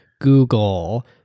google